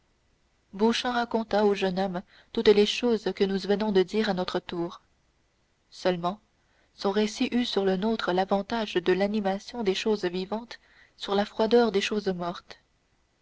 beauchamp raconta au jeune homme toutes les choses que nous venons de dire à notre tour seulement son récit eut sur le nôtre l'avantage de l'animation des choses vivantes sur la froideur des choses mortes